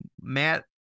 matt